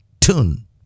tune